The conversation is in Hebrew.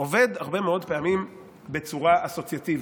זה עובד הרבה מאוד פעמים בצורה אסוציאטיבית,